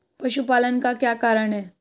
पशुपालन का क्या कारण है?